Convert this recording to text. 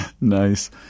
Nice